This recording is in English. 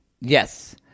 Yes